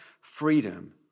freedom